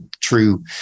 true